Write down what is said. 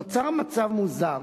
נוצר מצב מוזר,